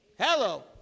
Hello